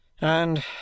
And